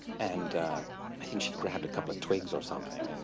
and i think she grabbed a couple of twigs or something